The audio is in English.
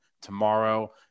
tomorrow